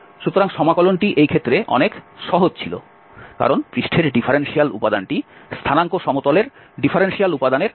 সুতরাং সমাকলনটি এই ক্ষেত্রে অনেক সহজ ছিল কারণ পৃষ্ঠের ডিফারেনশিয়াল উপাদানটি স্থানাঙ্ক সমতলের ডিফারেনশিয়াল উপাদানের সমান ছিল